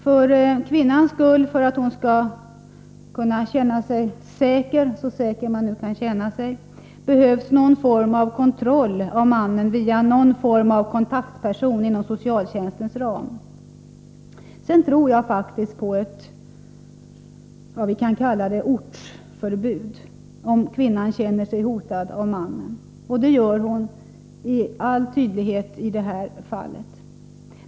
För att kvinnan skall kunna känna sig säker — så säker som hon kan känna sig — behövs någon form av kontroll av mannen via någon form av kontaktperson inom socialtjänstens ram. Sedan tror jag faktiskt på etts.k. ortsförbud i de fall kvinnan känner sig hotad av mannen — och det gör hon med all tydlighet i det här fallet.